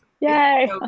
Yay